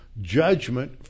judgment